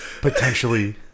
potentially